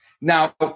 Now